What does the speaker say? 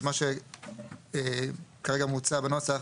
מה שכרגע מוצע בנוסח: